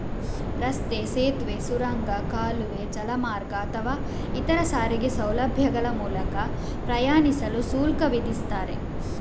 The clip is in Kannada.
ರಸ್ತೆ, ಸೇತುವೆ, ಸುರಂಗ, ಕಾಲುವೆ, ಜಲಮಾರ್ಗ ಅಥವಾ ಇತರ ಸಾರಿಗೆ ಸೌಲಭ್ಯಗಳ ಮೂಲಕ ಪ್ರಯಾಣಿಸಲು ಶುಲ್ಕ ವಿಧಿಸ್ತಾರೆ